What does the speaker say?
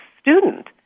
student